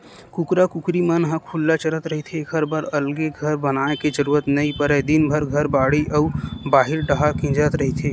कुकरा कुकरी मन ह खुल्ला चरत रहिथे एखर बर अलगे घर बनाए के जरूरत नइ परय दिनभर घर, बाड़ी अउ बाहिर डाहर किंजरत रहिथे